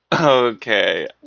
Okay